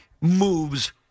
moves